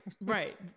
Right